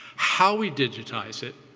how we digitize it.